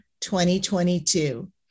2022